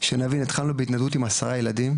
שנבין התחלנו בהתנדבות עם 10 ילדים,